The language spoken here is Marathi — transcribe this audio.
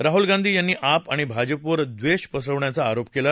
राहुल गांधी यांनीआप आणि भाजपवर द्वेष पसरवण्याचा आरोप केला